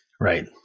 Right